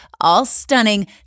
all-stunning